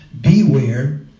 beware